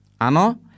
Ano